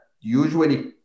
usually